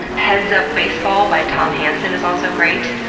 head's up baseball by tom hanson is also great,